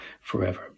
forever